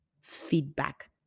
feedback